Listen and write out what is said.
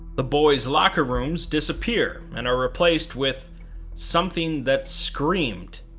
the boys locker rooms disappear and are replaced with something that screamed,